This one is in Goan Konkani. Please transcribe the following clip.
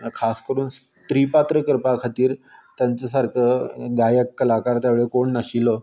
खास करून स्री पात्र करपा खातीर तेंचो सारको गायक कलाकार त्या वेळार कोण नाशिल्लो